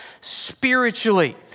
spiritually